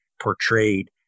portrayed